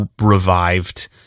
revived